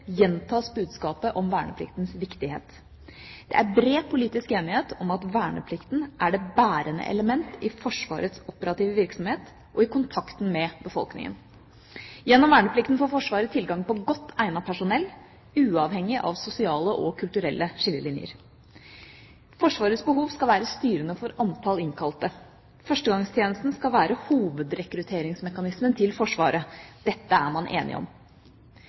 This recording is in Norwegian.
gjentas budskapet om vernepliktens viktighet. Det er bred politisk enighet om at verneplikten er det bærende element i Forsvarets operative virksomhet og i kontakten med befolkningen. Gjennom verneplikten får Forsvaret tilgang på godt egnet personell uavhengig av sosiale og kulturelle skillelinjer. Forsvarets behov skal være styrende for antallet innkalte. Førstegangstjenesten skal være hovedrekrutteringsmekanismen til Forsvaret. Dette er man enig om.